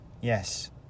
Yes